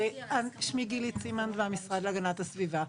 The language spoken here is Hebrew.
שמי גילי צימנד, מהמשרד להגנת הסביבה.